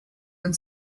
and